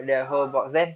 ah